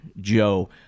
joe